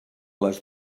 les